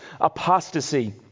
apostasy